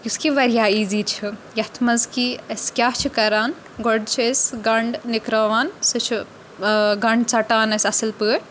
یُس کہِ واریاہ ایٖزی چھُ یَتھ منٛز کہِ أسۍ کیاہ چھِ کَران گۄڈٕ چھِ أسۍ گَنٛڈٕ نِکراوان سُہ چھُ گَنٛڈٕ ژَٹان أسۍ اَصٕل پٲٹھۍ